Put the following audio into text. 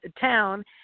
town